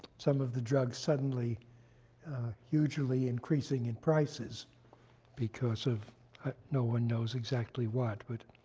some of the drugs suddenly hugely increasing in prices because of no one knows exactly what. but